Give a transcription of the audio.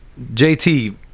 JT